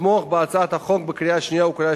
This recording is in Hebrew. ותתמוך בהצעת החוק בקריאה השנייה ובקריאה